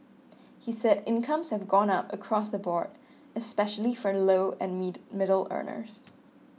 he said incomes have gone up across the board especially for low and middle earners